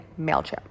mailchimp